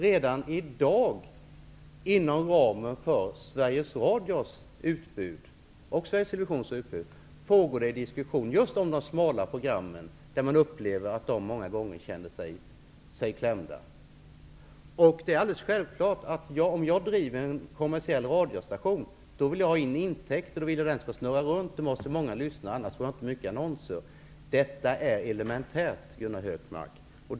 Redan i dag pågår inom ramen för Sveriges Radios och för Sveriges Televisions utbud en diskussion om just de smala programmen, som många gånger upplevs som klämda. Om jag driver en kommersiell radiostation är det alldeles givet att jag vill ha intäkter. Jag vill att det hela skall gå runt. Det måste vara många lyssnare, annars får jag inte mycket annonser. Detta är elementärt, Gunnar Hökmark.